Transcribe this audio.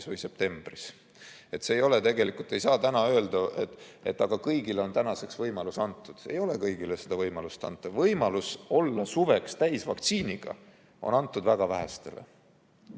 või septembris. Tegelikult ei saa öelda, et kõigile on tänaseks võimalus antud. Ei ole kõigile seda võimalust antud. Võimalus olla suveks täisvaktsineeritud on antud väga vähestele.